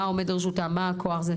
מה עומד לרשותם וכולי.